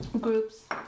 groups